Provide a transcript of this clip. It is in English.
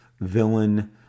villain